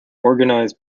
organized